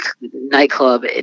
nightclub